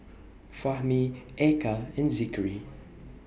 Fahmi Eka and Zikri